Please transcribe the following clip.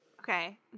Okay